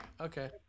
Okay